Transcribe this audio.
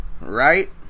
Right